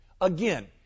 Again